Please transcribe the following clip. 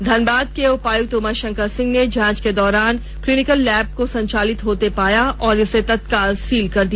धनबाद के उपायुक्त उमाशंकर सिंह ने जांच के दौरान क्लीनी लैब को संचालित होते पाया गया और इसे तत्काल सील कर दिया